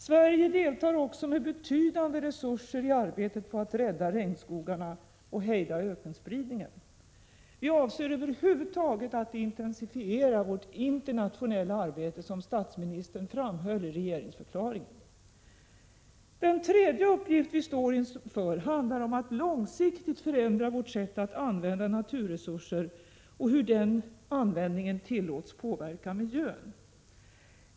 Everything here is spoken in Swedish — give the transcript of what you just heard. Sverige deltar också med betydande resurser i arbetet på att rädda regnskogarna och att hejda ökenspridningen. Över huvud taget avser vi att intensifiera vårt internationella arbete, som statsministern framhöll i regeringsförklaringen. Den tredje metoden handlar om att långsiktigt förändra vårt sätt att använda naturresurser och om hur denna användning tillåts påverka miljön.